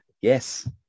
yes